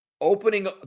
opening